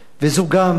וזו גם,